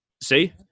See